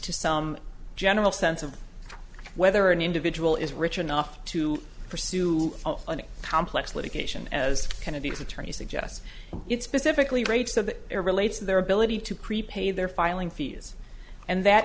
to some general sense of whether an individual is rich enough to pursue an complex litigation as kennedy's attorney suggests it's pacifically rates that are relates their ability to prepay their filing fees and that